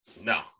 No